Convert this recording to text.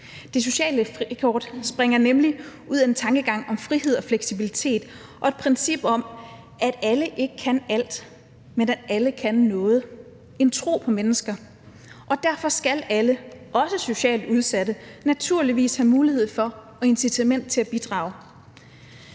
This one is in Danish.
Det sociale frikort springer nemlig ud af en tankegang om frihed og fleksibilitet og et princip om, at alle ikke kan alt, men at alle kan noget. Det er en tro på mennesker. Og derfor skal alle, også socialt udsatte, naturligvis have mulighed for og incitament til at bidrage.